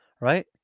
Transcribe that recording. right